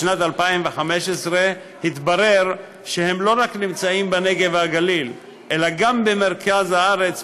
בשנת 2015 התברר שהם לא נמצאים רק בנגב ובגליל אלא גם במרכז הארץ,